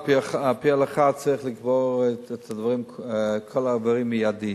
על-פי ההלכה צריך לקבור את כל האיברים באופן מיידי,